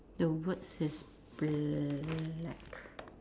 the words is black